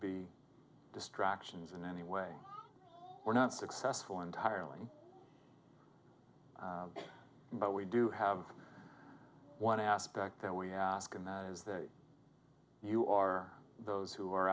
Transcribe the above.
be distractions in any way were not successful entirely but we do have one aspect that we ask and that is that you are those who are